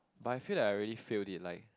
but I feel like I really failed it like